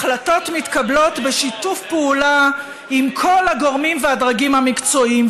החלטות מתקבלות בשיתוף פעולה עם כל הגורמים והדרגים המקצועיים.